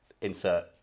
insert